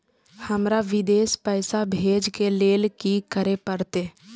हमरा विदेश पैसा भेज के लेल की करे परते?